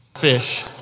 Fish